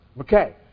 Okay